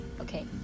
Okay